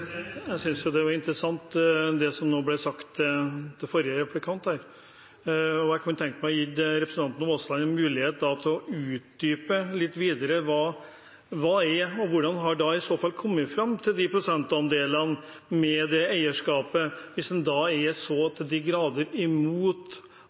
Norge. Jeg syntes det var interessant, det som ble sagt av forrige replikant. Jeg kunne tenke meg å gi representanten Aasland en mulighet til å utdype litt videre hva prosentandelene er, og hvordan man har kommet fram til dem med det eierskapet hvis en er så